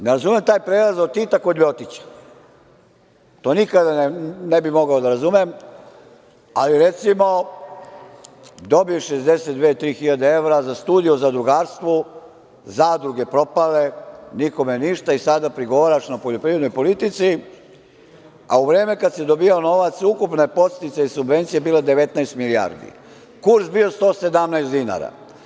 Ne razumem taj prelaz od Tita kod Ljotića, to nikada ne bih mogao da razumem, ali recimo, dobiješ 62-63 hiljade evra za studiju o zadrugarstvu, zadruge propale, nikome ništa i sada prigovaraš na poljoprivrednoj politici, a u vreme kada si dobijao novac, ukupni podsticaji i subvencije su bile 19 milijardi, kurs bio 117 dinara.